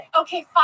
Okay